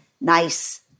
nice